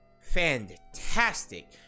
Fantastic